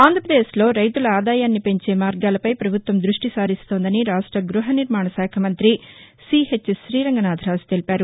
ఆంధ్రప్రదేశ్లో రైతుల ఆదాయాన్ని పెంచే మార్గాలపై ప్రభుత్వం ద్బష్ణసారిస్తోందని రాష్ట గ్బహనిర్మాణ శాఖ మంతి చెరుకువాడ తీరంగనాధరాజు తెలిపారు